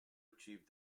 achieved